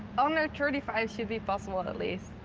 under thirty five should be possible, at at least.